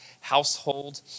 household